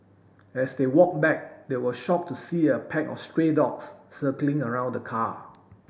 as they walked back they were shocked to see a pack of stray dogs circling around the car